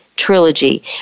trilogy